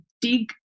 dig